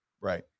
Right